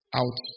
out